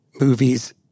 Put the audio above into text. movies